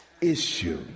issue